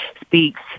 speaks